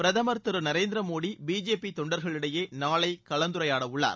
பிரதமா் திரு நரேந்திர மோடி பிஜேபி தொண்டர்களிடையே நாளை கலந்துரையாட உள்ளார்